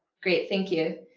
great. thank you.